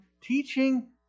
teaching